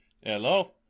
Hello